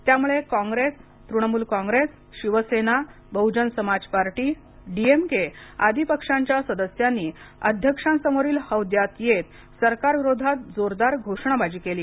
त्यामुळे Congress Trinamool Congress Shiv Sena Bahujan Samaj party D M के आदी पक्षाच्या सदस्यांनी अध्यक्षांसमोरील हौद्यात येत सरकार विरोधात जोरदार घोषणाबाजी केली